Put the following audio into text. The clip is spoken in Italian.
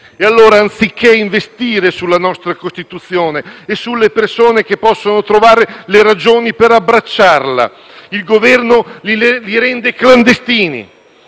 E allora, anziché investire sulla nostra Costituzione e sulle persone che possono trovare le ragioni per abbracciarla, il Governo li rende clandestini,